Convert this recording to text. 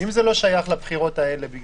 אם זה לא שייך לבחירות האלה,